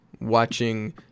watching –